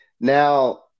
Now